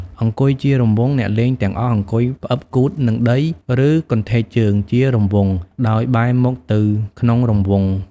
អង្គុយជារង្វង់ អ្នកលេងទាំងអស់អង្គុយផ្អឹបគូទនឹងដី ឬកន្ធែកជើង ជារង្វង់ ដោយបែរមុខទៅក្នុងរង្វង់ ។